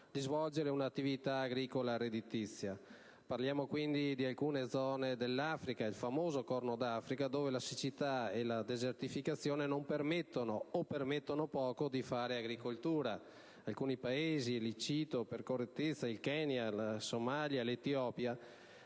di svolgere un'attività agricola redditizia. Parliamo quindi di alcune zone dell'Africa, per esempio il famoso Corno d'Africa, dove la siccità e la desertificazione non permettono, o permettono poco, di fare agricoltura. In alcuni Paesi (il Kenya, la Somalia e l'Etiopia,